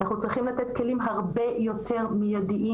אנחנו צריכים לתת כלים הרבה יותר מידיים